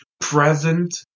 present